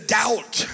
doubt